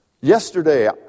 Yesterday